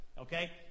Okay